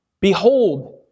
Behold